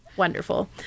Wonderful